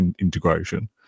integration